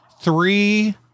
three